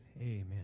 amen